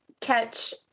catch